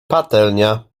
patelnia